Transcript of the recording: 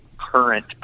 current